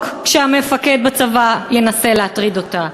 כאשר המפקד בצבא ינסה להטריד אותה,